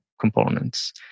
components